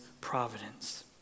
providence